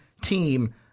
team